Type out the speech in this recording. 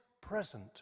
present